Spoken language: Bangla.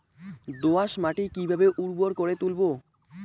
দোয়াস মাটি কিভাবে উর্বর করে তুলবো?